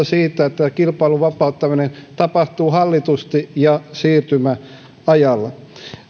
siitä että kilpailun vapauttaminen tapahtuu hallitusti ja siirtymäajalla